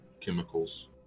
chemicals